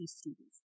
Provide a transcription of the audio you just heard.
students